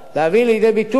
להביא לידי ביטוי.